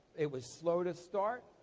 it was slow to start,